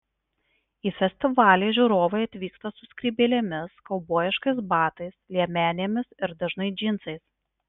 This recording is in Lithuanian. į festivalį žiūrovai atvyksta su skrybėlėmis kaubojiškais batais liemenėmis ir dažnai džinsais